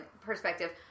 perspective